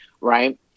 right